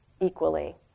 equally